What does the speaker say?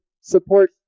support